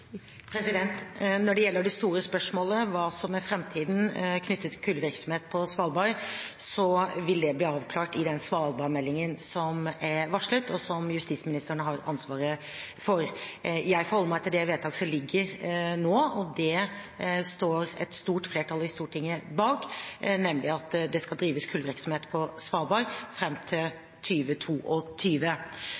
Når det gjelder det store spørsmålet om hva som er framtiden knyttet til kullvirksomhet på Svalbard, vil det bli avklart i svalbardmeldingen som er varslet, og som justisministeren har ansvaret for. Jeg forholder meg til det vedtaket som foreligger – det står et stort flertall i Stortinget bak – nemlig at det skal drives kullvirksomhet på Svalbard fram til